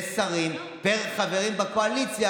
ושרים פר חברים בקואליציה.